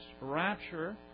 rapture